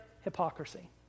hypocrisy